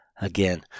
Again